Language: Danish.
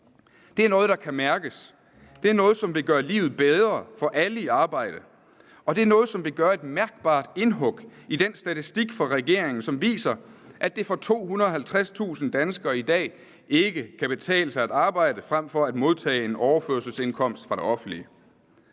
Det er noget, der kan mærkes. Det er noget, som vil gøre livet bedre for alle i arbejde. Og det er noget, som vil gøre et mærkbart indhug i den statistik fra regeringen, som viser, at det for 250.000 danskere i dag ikke kan betale sig at arbejde frem for at modtage en overførselsindkomst fra det offentlige.